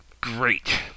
Great